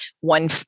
one